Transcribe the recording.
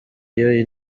iyo